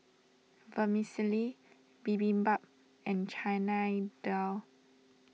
Vermicelli Bibimbap and Chana Dal